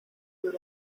good